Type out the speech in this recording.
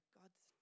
God's